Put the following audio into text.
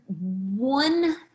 one